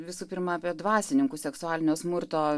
visų pirma apie dvasininkų seksualinio smurto